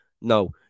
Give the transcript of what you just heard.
No